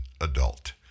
adult